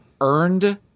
earned